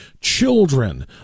children